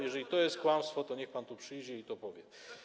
Jeżeli to jest kłamstwo, to niech pan tu przyjdzie i to powie.